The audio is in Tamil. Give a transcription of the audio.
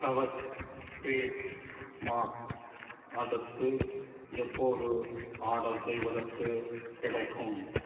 கவச் ஃபேஸ் மாஸ்க் அடுத்து எப்போது ஆர்டர் செய்வதற்குக் கிடைக்கும்